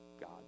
God